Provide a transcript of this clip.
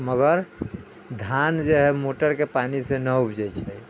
मगर धान जे है मोटर के पानी से ना उपजै छै